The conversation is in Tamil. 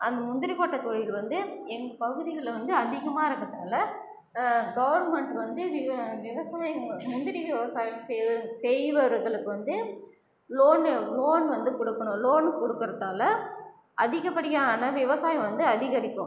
அந்த முந்திரி கொட்டை தொழில் வந்து எங்கள் பகுதியில் வந்து அதிகமாக இருக்கறதால கவெர்மெண்ட் வந்து விவ விவசாயிங்க முந்திரி விவசாயம் செய் செய்றவர்களுக்கு வந்து லோன் லோன் வந்து கொடுக்கணும் லோன் கொடுக்கறதால அதிகப்படியான விவசாயம் வந்து அதிகரிக்கும்